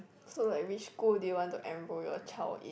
so like which school do you want to enroll your child in